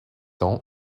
ans